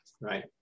right